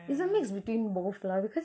it's a mix between both lah because